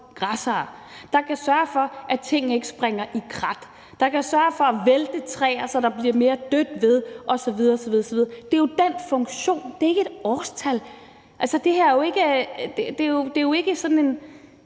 græssere, der kan sørge for, at bevoksningen ikke springer i krat, der kan sørge for at vælte nogle træer, så der bliver mere dødt ved, osv. osv. Det er jo den funktion; det er ikke et årstal; det er jo ikke en